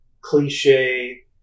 cliche